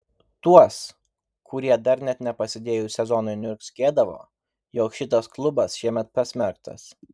tuos kurie dar net nepasidėjus sezonui niurzgėdavo jog šitas klubas šiemet pasmerktas